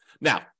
Now